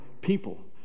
people